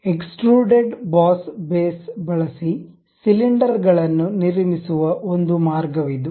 extrude boss base ಬಳಸಿ cylinder ಗಳನ್ನು ನಿರ್ಮಿಸುವ ಒಂದು ಮಾರ್ಗವಿದು